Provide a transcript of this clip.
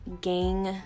gang